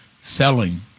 selling